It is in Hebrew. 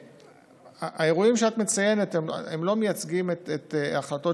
האירועים שאת מציינת לא מייצגים את ההחלטות